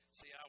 see